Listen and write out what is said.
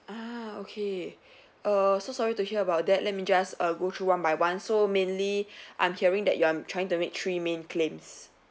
ah okay err so sorry to hear about that let me just err go through one by one so mainly I'm hearing that you are trying to make three main claims